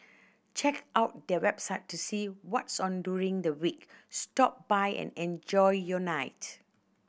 check out their website to see what's on during the week stop by and enjoy your night